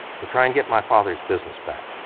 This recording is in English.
to try and get my father's business back.